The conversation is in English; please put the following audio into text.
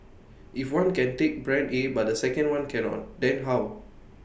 if one can take Brand A but the second one cannot then how